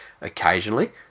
occasionally